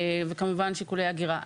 וכמובן, שיקולי הגירה.